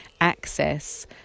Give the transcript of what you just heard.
access